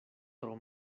tro